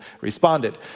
responded